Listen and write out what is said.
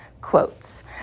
quotes